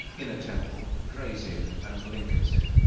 inner temple, gray's inn, and lincoln's inn.